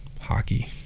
Hockey